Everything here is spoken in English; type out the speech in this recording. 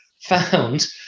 found